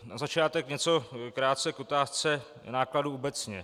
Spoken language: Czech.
Na začátek něco krátce k otázce nákladů obecně.